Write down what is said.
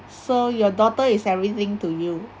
so your daughter is everything to you